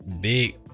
Big